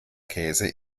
käse